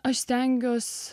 aš stengiuosi